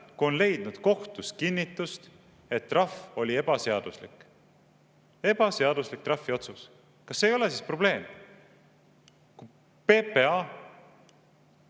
kohtus on leidnud kinnitust, et trahv oli ebaseaduslik? Ebaseaduslik trahviotsus. Kas see ei ole siis probleem? PPA